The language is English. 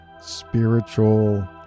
spiritual